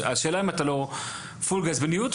השאלה אם אתה לא פול גז בניוטרל?